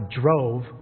drove